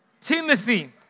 Timothy